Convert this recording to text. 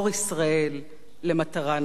למטרה נייחת.